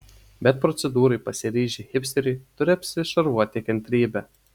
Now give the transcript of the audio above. bet procedūrai pasiryžę hipsteriai turi apsišarvuoti kantrybe